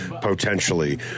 potentially